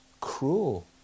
cruel